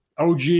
OG